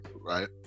Right